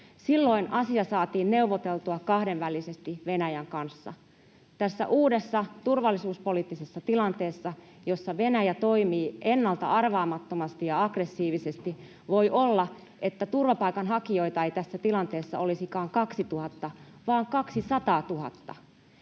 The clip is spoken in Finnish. Silloin asia saatiin neuvoteltua kahdenvälisesti Venäjän kanssa. Tässä uudessa turvallisuuspoliittisessa tilanteessa, jossa Venäjä toimii ennalta arvaamattomasti ja aggressiivisesti, voi olla, että turvapaikanhakijoita ei olisikaan 2 000 vaan 200 000.